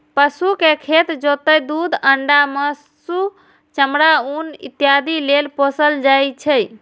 पशु कें खेत जोतय, दूध, अंडा, मासु, चमड़ा, ऊन इत्यादि लेल पोसल जाइ छै